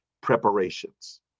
preparations